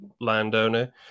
landowner